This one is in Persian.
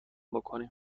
بکنیم